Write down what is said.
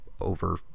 over